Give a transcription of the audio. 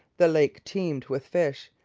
the lake teemed with fish,